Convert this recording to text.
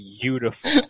beautiful